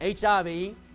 hiv